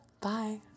Bye